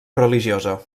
religiosa